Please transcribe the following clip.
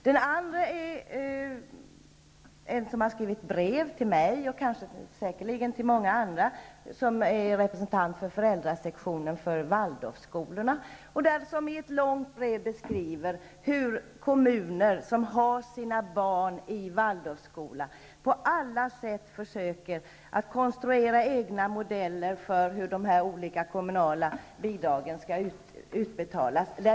Den andra är en representant för föräldrasektionen för Waldorfskolorna som har skrivit brev till mig och säkerligen många andra. I ett långt brev har den här personen beskrivit hur kommuner med barn som går i Waldorfskola på alla sätt försöker att konstruera egna metoder för hur de olika kommunala bidragen skall utbetalas.